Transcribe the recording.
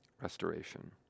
restoration